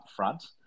upfront